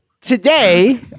today